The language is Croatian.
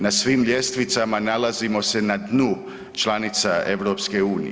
Na svim ljestvicama nalazimo se na dnu članica EU.